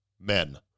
men